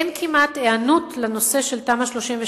אין כמעט היענות לנושא של תמ"א 38,